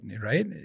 right